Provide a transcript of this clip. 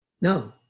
No